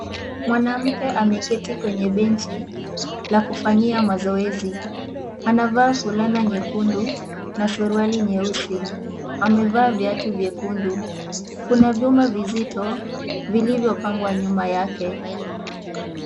Mwanamke ameketi kwenye benchi la kufanyia mazoezi, anavaa fulana nyekundu na suruali nyeusi, amevaa viatu vyekundu, kuna vyuma vizito vilivyopangwa nyuma yake.